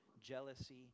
jealousy